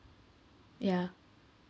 ya